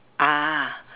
ah